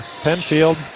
Penfield